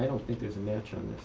don't think there's a match on